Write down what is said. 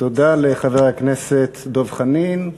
תודה לחבר הכנסת דב חנין.